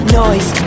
noise